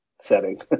setting